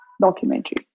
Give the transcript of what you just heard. documentary